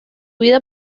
vida